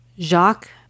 Jacques